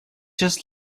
just